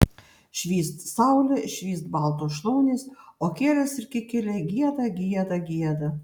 švyst saulė švyst baltos šlaunys o kielės ir kikiliai gieda gieda gieda